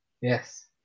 Yes